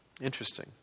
Interesting